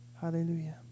Hallelujah